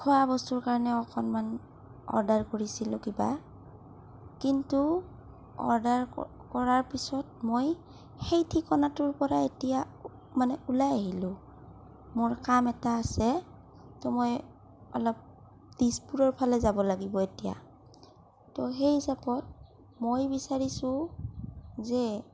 খোৱা বস্তুৰ কাৰণে অৰ্ডাৰ কৰিছিলোঁ কিবা কিন্তু অৰ্ডাৰ কৰাৰ পাছত মই এতিয়া সেই ঠিকনাটোৰ পৰা ওলাই আহিলোঁ মোৰ কাম এটা আছে মই অলপ দিছপুৰৰ ফালে যাব লাগিব এতিয়া সেই হিচাপত মই বিচাৰিছোঁ যে